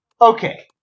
Okay